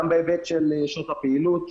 גם בהיבט של שעות הפעילות,